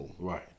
Right